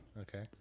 Okay